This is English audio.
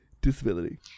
disability